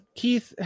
keith